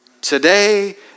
Today